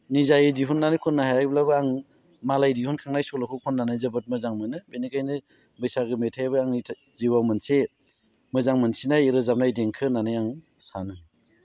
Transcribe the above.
निजायै दिहुननानै खननो हायाखैब्लाबो आं मालाय दिहुनखांनाय सल'खौ खननानै जोबोद मोजां मोनो बिनिखायनो बैसागो मेथाइआबो आंनि जिउआव मोनसे मोजां मोनसिननाय रोजाबनाय देंखो होननानै आं सानो